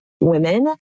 women